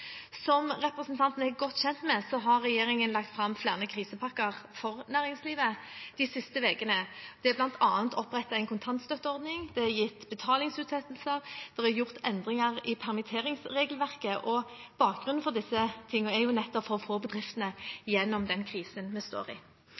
Som representanten er godt kjent med, har regjeringen lagt fram flere krisepakker for næringslivet de siste ukene. Det er bl.a. opprettet en kontantstøtteordning, det er gitt betalingsutsettelser, og det er gjort endringer i permitteringsregelverket. Bakgrunnen for disse tingene er å få bedriftene